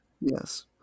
Yes